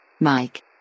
Mike